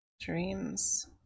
Dreams